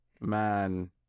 man